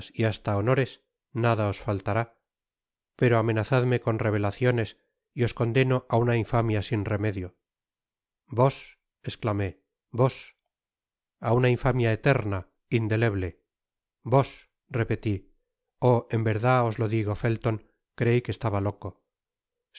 y hasta honores nada os faltará pero amenazadme con revelaciones y os condeno á una infamia sin remedio vos esclamé vos a una infamia eterna indeleble i vos repeti oh en verdad os lo digo felton creia que estaba loco